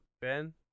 Ben